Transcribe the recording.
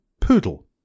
Poodle